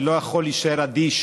אני לא יכול להישאר אדיש